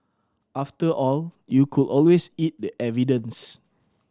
after all you could always eat the evidence